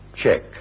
Check